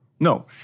No